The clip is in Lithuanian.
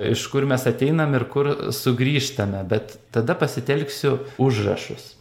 iš kur mes ateinam ir kur sugrįžtame bet tada pasitelksiu užrašus